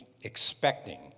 expecting